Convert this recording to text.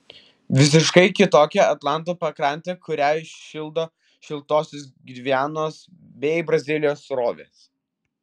visiškai kitokia atlanto pakrantė kurią šildo šiltosios gvianos bei brazilijos srovės